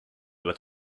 with